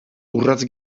urrats